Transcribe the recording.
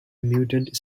mutant